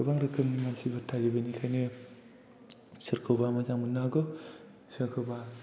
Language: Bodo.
गोबां रोखोमनि मानसिफोर थायो बेनिखायनो सोरखौबा मोजां मोननो हागौ सोरखौबा